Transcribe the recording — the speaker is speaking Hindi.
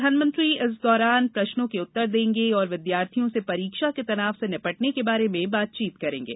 प्रधानमंत्री इस दौरान प्रश्नों के उत्तर देंगे और विद्यार्थियों से परीक्षा के तनाव से निपटने के बारे में बातचीत करेंगे